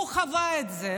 הוא חווה את זה,